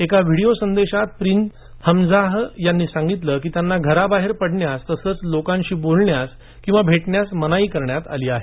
एका विडीयो संदेशात prince Hamzah यांनी सांगितलं की त्यांना घराबाहेर पडण्यास तसंच लोकांशी बोलणं किवा भेटण्यास मनाई करण्यात आली आहे